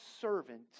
servant